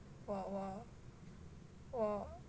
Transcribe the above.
我我我